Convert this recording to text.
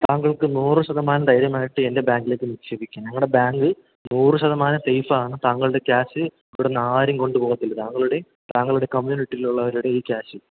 താങ്കൾക്ക് നൂറ് ശതമാനം ധൈര്യമായിട്ട് എൻ്റെ ബാങ്കിലേക്ക് നിക്ഷേപിക്കാം ഞങ്ങളുടെ ബാങ്ക് നൂറ് ശതമാനം സേഫ് ആണ് താങ്കളുടെ ക്യാഷ് ഇവിടെ നിന്ന് ആരും കൊണ്ട് പോകില്ല താങ്കളുടെയും താങ്കളുടെ കമ്മ്യൂണിറ്റിയിൽ ഉള്ളവരുടെ ഈ ക്യാഷ്